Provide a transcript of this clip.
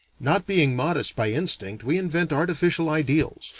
not being modest by instinct we invent artificial ideals,